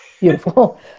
Beautiful